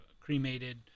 cremated